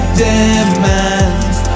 demands